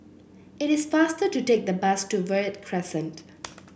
it is faster to take the bus to Verde Crescent